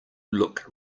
look